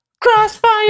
Crossfire